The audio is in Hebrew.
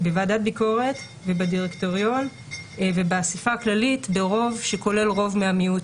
בוועדת ביקורת ובדירקטוריון ובאספה הכללית ברוב שכולל רוב מהמיעוט,